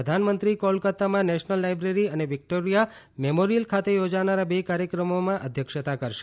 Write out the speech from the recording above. પ્રધાનમંત્રી કોલકાતામાં National Library અને વિક્ટોરિયા મેમોરિયલ ખાતે યોજાનારા બે કાર્યક્રમોમાં અધ્યક્ષતા કરશે